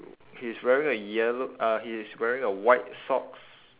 he's wearing a yello~ uh he's wearing a white socks